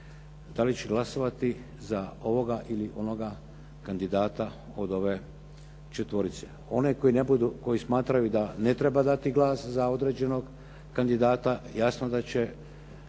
da li će glasovati za ovoga ili onoga kandidata od ove četvorice. Oni koji smatraju da ne treba dati glas za određenog kandidata, jasno da će